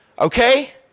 Okay